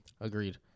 Agreed